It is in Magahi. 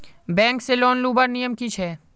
बैंक से लोन लुबार नियम की छे?